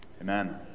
Amen